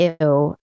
ew